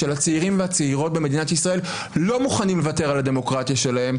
של הצעירים והצעירות במדינת ישראל לא מוכן לוותר על הדמוקרטיה שלו,